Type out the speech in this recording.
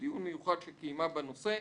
בדיון מיוחד שקיימה בנושא".